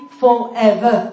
forever